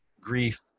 grief